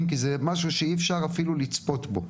כי זה משהו שאי אפשר אפילו לצפות בו.